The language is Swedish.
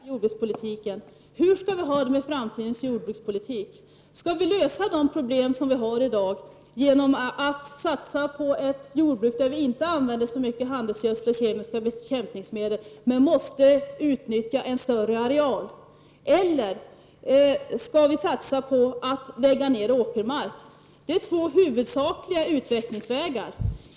Herr talman! Det finns två huvudinriktningar i jordbrukspolitiken. Hur skall vi ha det med framtidens jordbrukspolitik? Skall vi lösa de problem som vi har i dag genom att satsa på ett jordbruk där vi inte använder så mycket handelsgödsel och kemiska bekämpningsmedel men måste utnyttja en större areal, eller skall vi satsa på att lägga ned åkermark? Det är två olika huvudinriktningar.